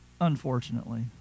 unfortunately